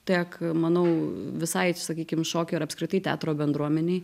tiek manau visai sakykim šokio ir apskritai teatro bendruomenei